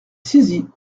saisi